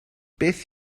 beth